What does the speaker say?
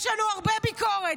יש לנו הרבה ביקורת,